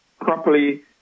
properly